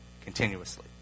continuously